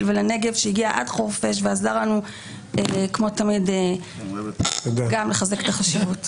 ולנגב שהגיע עד חורפיש ועזר לנו כמו תמיד גם לחזק את החשיבות,